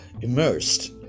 immersed